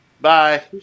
Bye